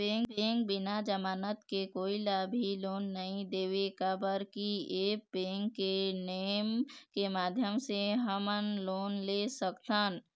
Bank बिना जमानत के कोई ला भी लोन नहीं देवे का बर की ऐप बैंक के नेम के माध्यम से हमन लोन ले सकथन?